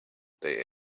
they